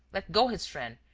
let go his friend,